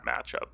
matchup